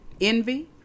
envy